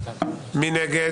מי נגד?